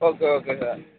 okay okay sir